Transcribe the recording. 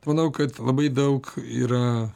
manau kad labai daug yra